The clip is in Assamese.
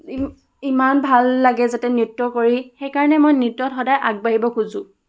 ইমান ভাল লাগে যাতে নৃত্য কৰি সেইকাৰণে মই নৃত্যত সদায় আগবাঢ়িব খোজোঁ